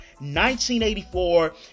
1984